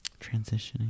transitioning